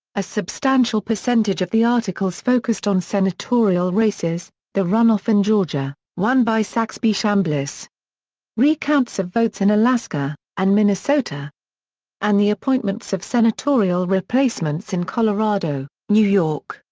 a substantial percentage of the articles focused on senatorial races the runoff in georgia, won by saxby chambliss recounts of votes in alaska, and minnesota and the appointments of senatorial replacements in colorado, new york,